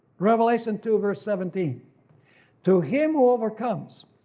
revelation two verse seventeen to him who overcomes,